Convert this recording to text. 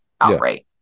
outright